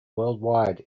worldwide